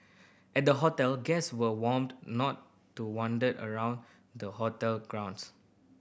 at the hotel guests were warned not to wander around the hotel grounds